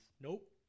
Nope